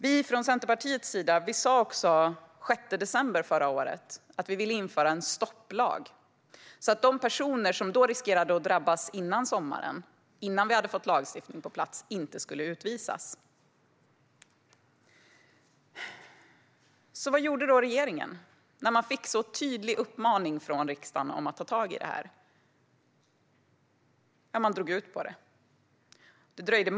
Vi i Centerpartiet sa också den 6 december förra året att vi ville införa en stopplag, så att de personer som löpte risk att drabbas före sommaren och innan vi hade fått lagstiftningen på plats inte skulle utvisas. Vad gjorde regeringen? Den hade ju fått en tydlig uppmaning från riksdagen om att ta tag i detta. Jo, den drog ut på det hela.